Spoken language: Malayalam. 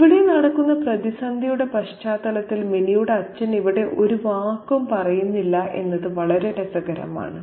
ഇവിടെ നടക്കുന്ന പ്രതിസന്ധിയുടെ പശ്ചാത്തലത്തിൽ മിനിയുടെ അച്ഛൻ ഇവിടെ ഒരു വാക്കും പറയുന്നില്ല എന്നത് വളരെ രസകരമാണ്